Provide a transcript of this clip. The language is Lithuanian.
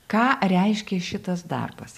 ką reiškia šitas darbas